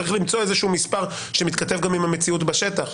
צריך למצוא איזשהו מספר שמתכתב גם עם המציאות בשטח.